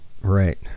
Right